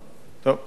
תודה רבה.